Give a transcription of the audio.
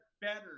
better